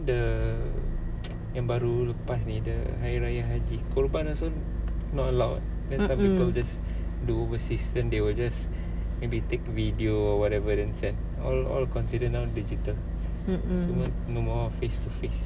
mm mm mm mm